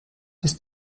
bis